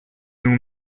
nous